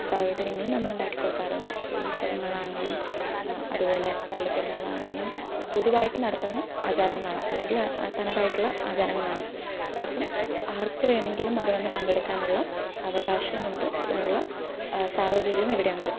സാഹചര്യങ്ങളും നമ്മളുണ്ടാക്കി കൊടുക്കാറുണ്ട് ഇപ്പോൾ ഉത്സവങ്ങളാണെങ്കിലും അതുപോലെ പള്ളിപ്പെരുന്നാളാണെങ്കിലും പൊതുവായിട്ട് നടത്തുന്ന ആചാരങ്ങളാണ് അല്ലെങ്കിൽ തനതായിട്ടുള്ള ആചാരങ്ങളാണ് അപ്പം ആർക്ക് വേണമെങ്കിലും അത് വന്ന് പങ്കെടുക്കാനുള്ള അവകാശം ഉണ്ട് അതിനുള്ള സാഹചര്യവും ഇവിടെയുണ്ട്